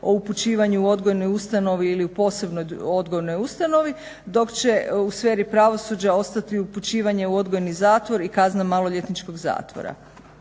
o upućivanju u odgojnoj ustanovi ili u posebnoj odgojnoj ustanovi dok će u sferi pravosuđa ostati upućivanje u odgojni zatvor i kazna maloljetničkog zatvora.